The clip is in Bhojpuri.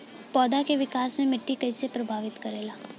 पौधा के विकास मे मिट्टी कइसे प्रभावित करेला?